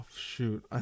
shoot